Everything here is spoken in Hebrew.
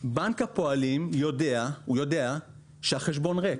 בנק הפועלים יודע שהחשבון ריק,